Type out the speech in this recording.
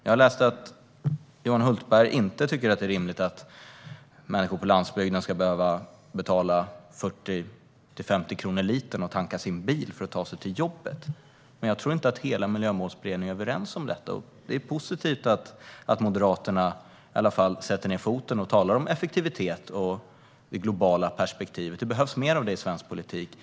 Jag läste att Johan Hultberg inte tycker att det är rimligt att människor på landsbygden ska behöva betala 40-50 kronor litern för att tanka sin bil och ta sig till jobbet, men jag tror inte att hela Miljömålsberedningen är överens om detta. Det är positivt att Moderaterna i alla fall sätter ned foten och talar om effektivitet och det globala perspektivet. Det behövs mer av det i svensk politik.